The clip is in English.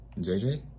JJ